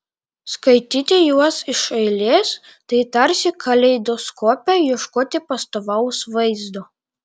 skaityti juos iš eilės tai tarsi kaleidoskope ieškoti pastovaus vaizdo